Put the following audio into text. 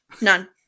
none